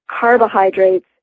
carbohydrates